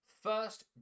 first